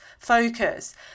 focus